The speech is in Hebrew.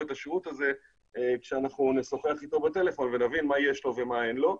את השירות הזה כשאנחנו נשוחח אתו בטלפון ונבין מה יש לו ומה אין לו.